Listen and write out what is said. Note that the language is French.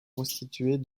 constituée